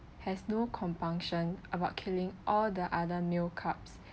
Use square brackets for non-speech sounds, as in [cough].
has no compunction about killing all the other male cubs [breath]